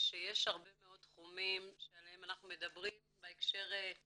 שיש הרבה מאוד תחומים שעליהם אנחנו מדברים בהקשר של